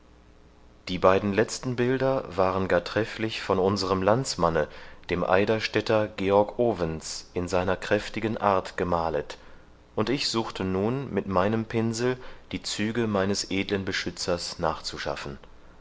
die beiden letzten bilder waren gar trefflich von unserem landsmanne dem eiderstedter georg ovens in seiner kräftigen art gemalet und ich suchte nun mit meinem pinsel die züge meines edlen beschützers nachzuschaffen